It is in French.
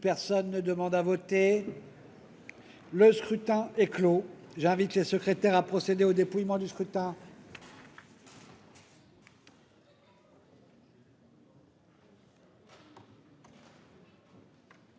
Personne ne demande plus à voter ?... Le scrutin est clos. J'invite Mmes et MM. les secrétaires à procéder au dépouillement du scrutin.